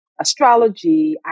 astrology